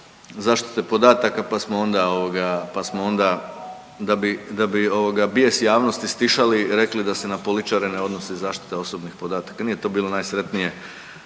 onda ovoga, pa smo onda da bi bijes javnosti stišali rekli da se na političare ne odnosi zaštita osobnih podataka. Nije to bilo najsretnije